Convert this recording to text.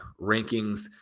rankings